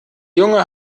junge